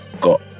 got